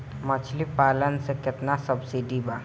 मछली पालन मे केतना सबसिडी बा?